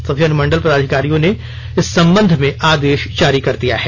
सभी अनुमंडल पदाधिकारियों ने इस संबंध में आदेश जारी कर दिया है